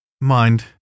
Mind